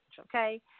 okay